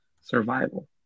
survival